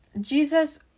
Jesus